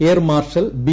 air marshal B